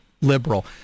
liberal